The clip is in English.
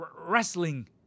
wrestling